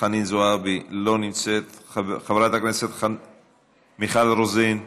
חנין זועבי, לא נמצאת, חברת הכנסת מיכל רוזין,